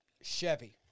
Chevy